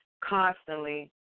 constantly